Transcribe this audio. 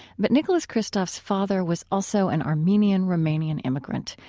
but nicholas kristof's father was also an armenian-romanian immigrant,